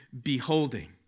beholding